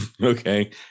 Okay